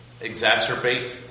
exacerbate